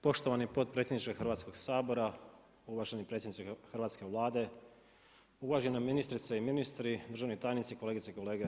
Poštovani potpredsjedniče Hrvatskog sabora, uvaženi predsjedniče hrvatske Vlade, uvažena ministrice i ministri, državni tajnici, kolegice i kolege.